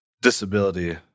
disability